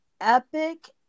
epic